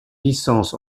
licence